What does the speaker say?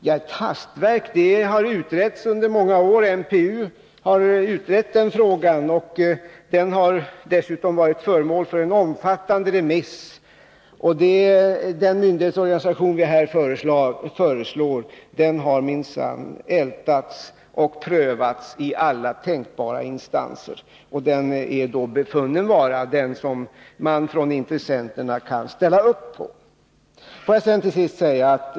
Organisationen har utretts av mineralpolitiska utredningen under många år, och det har dessutom varit ett omfattande remissförfarande. Den myndighetsorganisation som vi här föreslår har minsann ältats och prövats i alla tänkbara instanser, och den är befunnen vara den som man från intressenterna kan ställa sig bakom.